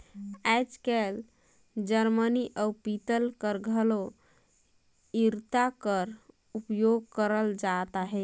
आएज काएल जरमनी अउ पीतल कर घलो इरता कर उपियोग करल जात अहे